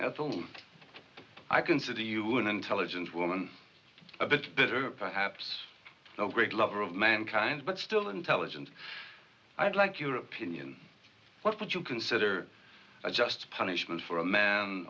at all i consider you an intelligent woman a bit better perhaps the great lover of mankind but still intelligent i'd like your opinion what would you consider a just punishment for a man